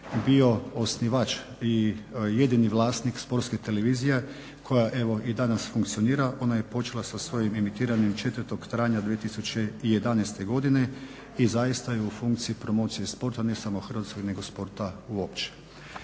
bio osnivač i jedini vlasnik Sportske televizije koja evo i danas funkcionira. Ona je počela sa svojim emitiranjem 4. travnja 2011. godine i zaista je u funkciji promocije sporta, ne samo u Hrvatskoj nego sporta uopće.